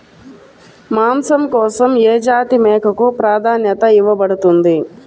మాంసం కోసం ఏ జాతి మేకకు ప్రాధాన్యత ఇవ్వబడుతుంది?